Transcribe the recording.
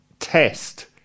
Test